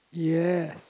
yes